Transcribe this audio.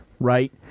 Right